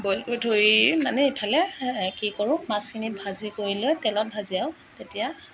boil কৰি থৈ মানে ইফালে কি কৰোঁ মাছখিনি ভাজি কৰি লৈ তেলত ভাজি আৰু তেতিয়া